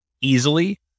easily